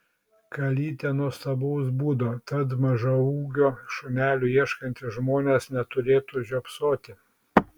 kalytė nuostabaus būdo tad mažaūgio šunelio ieškantys žmonės neturėtų žiopsoti